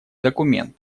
документ